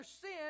sin